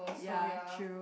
ya true